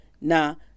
now